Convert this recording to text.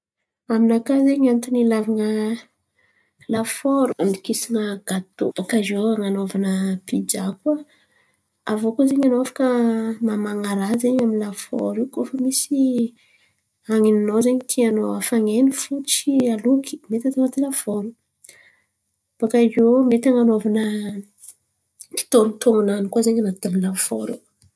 Aminakà zen̈y antony hilavan̈a lafaoro andokisan̈a gatô. Bòakaio an̈anovana pijà koa aviô koa zen̈y anô afaka maman̈a raha zen̈y amin’ny lafaoro io. Koa fa misy han̈ini-nô tianô hafan̈ain̈y tsy aloky Mety atô an̈aty lafaoro. Bòakaio mety anovana tonotono-nany koa zen̈y an̈atiny lafaoro.